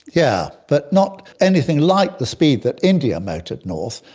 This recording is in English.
yeah but not anything like the speed that india motored north.